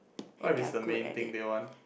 what's if it's the main thing they want